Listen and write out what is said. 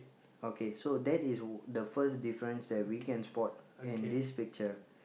okay so that is the first difference that we can spot in this picture